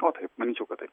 o taip manyčiau kad tai